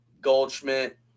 Goldschmidt